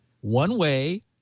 one-way